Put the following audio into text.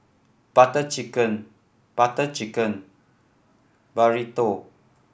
Butter Chicken Butter Chicken Burrito